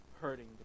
hurting